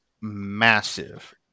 massive